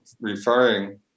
referring